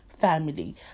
family